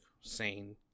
sane